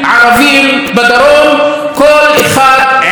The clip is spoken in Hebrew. כל אחד עם תיק פלילי.